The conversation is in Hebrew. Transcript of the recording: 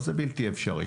אבל זה בלתי אפשרי.